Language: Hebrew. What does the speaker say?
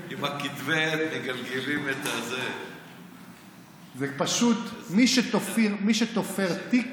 עם כתבי העת מגלגלים את, זה פשוט מי שתופר תיק,